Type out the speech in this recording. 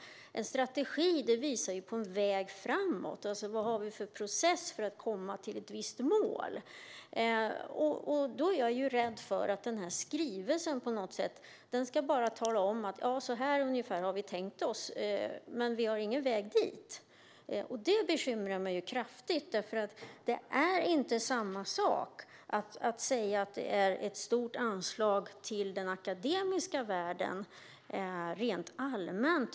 En strategi visar på en väg framåt: Vad har vi för process för att komma till ett visst mål? Jag är rädd för att skrivelsen på något sätt bara ska tala om: Ungefär så här har vi tänkt oss, men vi har ingen väg dit. Det bekymrar mig kraftigt. Det är inte samma sak att säga att det är ett stort anslag till den akademiska världen rent allmänt.